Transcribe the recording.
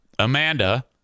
Amanda